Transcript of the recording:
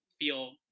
feel